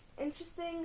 interesting